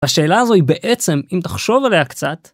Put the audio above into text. השאלה הזו היא בעצם אם תחשוב עליה קצת.